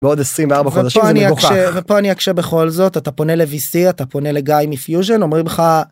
בעוד 24 חודשים, זה מגוחך, ופה אני אקשה בכל זאת אתה פונה לVC אתה פונה לגיא מפיוזן אומרים לך.